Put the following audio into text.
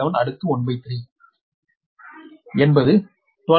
997 அடுக்கு 1 பை 3 என்பது 12